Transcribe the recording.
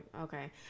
Okay